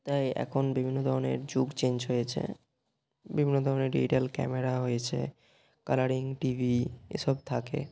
তাই এখন বিভিন্ন ধরনের যুগ চেঞ্জ হয়েছে বিভিন্ন ধরনের ডিটিটাল ক্যামেরা হয়েছে কালারিং টিভি এসব থাকে